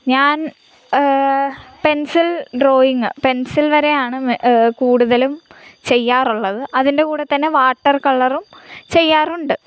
ഞാൻ pencil drawing pencil വരയാണ് മെ കൂടുതലും ചെയ്യാറുള്ളത് അതിൻ്റെ കൂടെത്തന്നെ വാട്ടർ കളറും ചെയ്യാറുണ്ട്